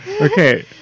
Okay